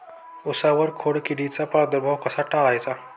उसावर खोडकिडीचा प्रादुर्भाव कसा टाळायचा?